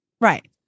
Right